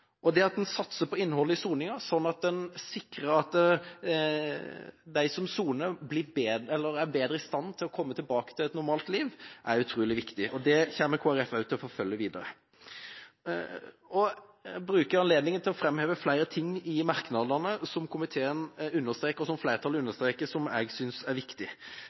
Det at en satser på innholdet i soninga, slik at en sikrer at de som soner, er bedre i stand til å komme tilbake til et normalt liv, er utrolig viktig. Det kommer Kristelig Folkeparti til å forfølge videre. Jeg vil bruke anledninga til å framheve flere ting som flertallet i komiteen understreker i merknadene, og som jeg synes er viktig.